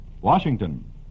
Washington